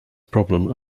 problem